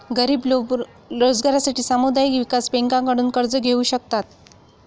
गरीब लोक रोजगारासाठी सामुदायिक विकास बँकांकडून कर्ज घेऊ शकतात